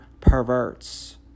perverts